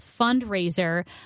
fundraiser